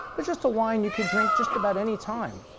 but just a wine you could drink just about any time.